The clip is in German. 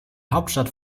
hauptstadt